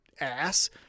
Ass